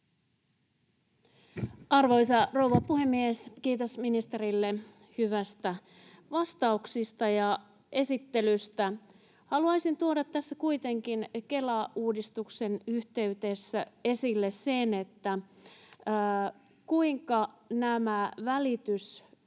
Arvoisa rouva puhemies! Kiitos ministerille hyvistä vastauksista ja esittelystä. Haluaisin tuoda tässä kuitenkin Kela-uudistuksen yhteydessä esille sen, kuinka nämä